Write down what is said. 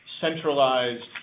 centralized